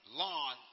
lawn